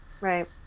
Right